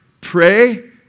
pray